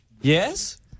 Yes